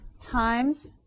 times